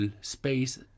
space